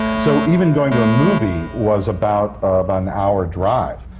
so even going to a movie was about an hour drive.